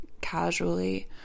casually